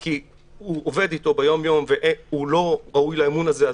כי הוא עובד איתו ביומיום והוא לא ראוי לאמון הזה,